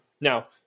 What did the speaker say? Now